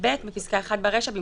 בפסקה (1) ברישה,